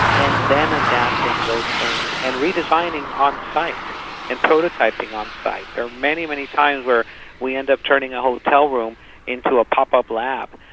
and then adapting those things and redesigning on site and prototyping on site. there are many, many times where we end up turning a hotel room into a pop-up lab,